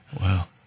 Wow